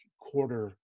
quarter